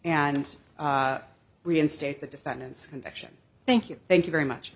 and reinstate the defendant's connection thank you thank you very much